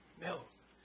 Mills